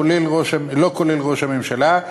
לא כולל ראש הממשלה,